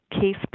case